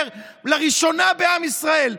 אומר: לראשונה בעם ישראל,